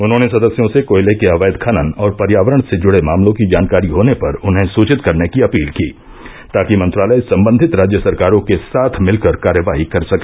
उन्होंने सदस्यों से कोयले के अवैध खनन और पर्यावरण से जुड़े मामलों की जानकारी होने पर उन्हें सूचित करने की अपील की ताकि मंत्रालय संबंधित राज्य सरकारों के साथ मिलकर कार्रवाही कर सके